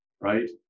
right